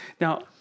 Now